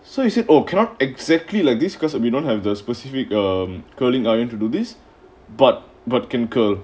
so you said oh cannot exactly like this because we don't have the specific um curling iron to do this but but can curl